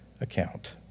account